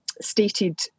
stated